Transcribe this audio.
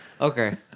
okay